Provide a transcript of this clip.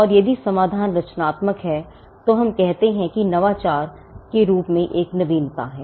और यदि समाधान रचनात्मक है तो हम कहते हैं कि नवाचार के रूप में एक नवीनता है